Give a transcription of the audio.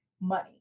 money